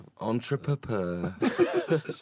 entrepreneur